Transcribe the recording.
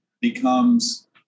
becomes